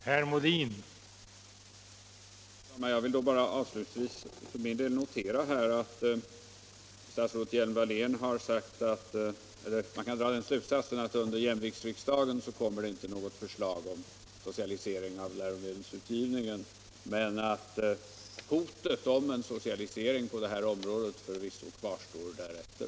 Herr talman! Jag vill då bara avslutningsvis för min del notera att man kan dra den slutsatsen av vad statsrådet Hjelm-Wallén sagt, att under jämviktsriksdagen kommer det inte något förslag om socialisering av läromedelsutgivningen men att hotet om socialisering på det här området förvisso kvarstår därefter.